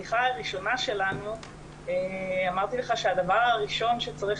בשיחה הראשונה שלנו אמרתי לך שהדבר הראשון שצריך